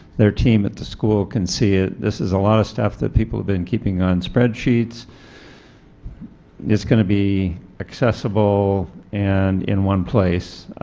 their team at the school can see it this is a lot of stuff the people of been keeping on spreadsheets it's going to be accessible and in one place